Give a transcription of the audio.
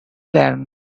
learn